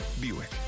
Buick